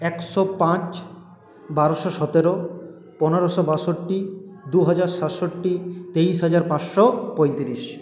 একশো পাঁচ বারোশো সতেরো পনেরোশো বাষট্টি দুহাজার সাতষট্টি তেইশ হাজার পাঁচশো পঁয়তিরিশ